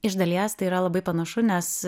iš dalies tai yra labai panašu nes